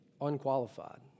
unqualified